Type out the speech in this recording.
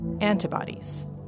antibodies